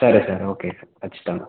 సరే sir okay sir ఖచ్చితంగా